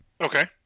Okay